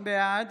בעד